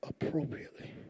appropriately